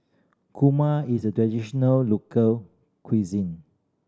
kurma is a traditional local cuisine